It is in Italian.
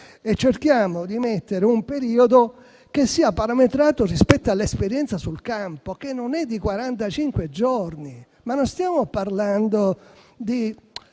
e cerchiamo di mettere un periodo che sia parametrato rispetto all'esperienza sul campo, che non è di quarantacinque giorni, perché non stiamo parlando di